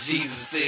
Jesus